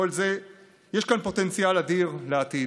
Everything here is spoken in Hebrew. יש כאן פוטנציאל אדיר לעתיד.